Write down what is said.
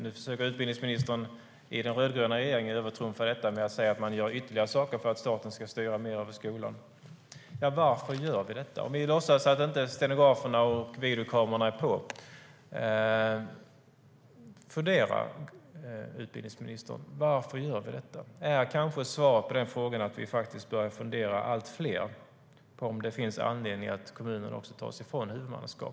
Nu försöker utbildningsministern i den rödgröna regeringen övertrumfa detta genom att säga att man gör ytterligare saker för att staten ska styra mer över skolan. Varför gör vi då detta? Om vi låtsas att stenografen inte är här eller att videokamerorna inte är på kan väl utbildningsministern fundera på varför vi gör detta. Är kanske svaret på frågan att vi är allt fler som börjar fundera på om det finns anledning att huvudmannaskapet också tas ifrån kommunerna?